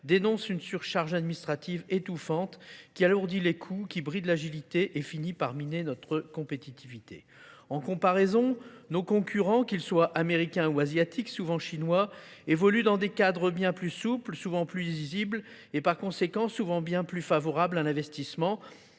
dénoncent une surcharge administrative étouffante qui alourdit les coûts, qui brise l'agilité et finit par miner notre compétitivité. En comparaison, nos concurrents, qu'ils soient américains ou asiatiques, souvent chinois, évoluent dans des cadres bien plus souples, souvent plus visibles et par conséquent souvent bien plus favorables à l'investissement.